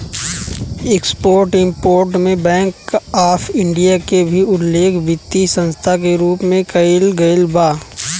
export import में Bank of India के भी उल्लेख वित्तीय संस्था के रूप में कईल गईल बा